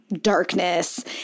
darkness